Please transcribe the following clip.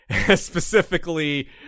specifically